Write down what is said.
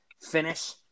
finish